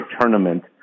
tournament